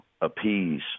appease